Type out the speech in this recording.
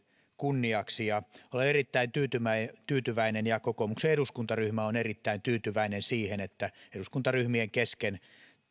kunniaksi olen erittäin tyytyväinen tyytyväinen ja kokoomuksen eduskuntaryhmä on erittäin tyytyväinen siihen että eduskuntaryhmien kesken